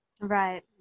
Right